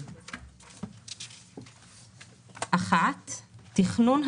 26. (1)תכנון,